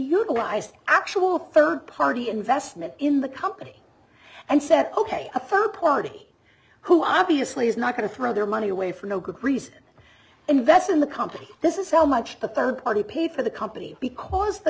utilized actual third party investment in the company and said ok a third party who obviously is not going to throw their money away for no good reason invest in the company this is how much the third party paid for the company because the